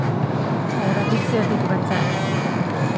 और अधिक से अधिक बच्चा